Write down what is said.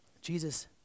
Jesus